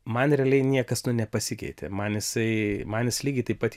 man realiai niekas nu pasikeitė man jisai man jis lygiai taip pat